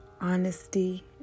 honesty